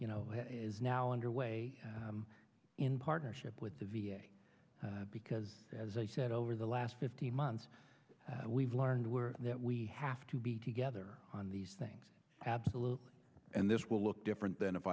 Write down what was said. you know is now away in partnership with the v a because as i said over the last fifteen months we've learned were that we have to be together on these things absolutely and this will look different than if